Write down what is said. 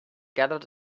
gathered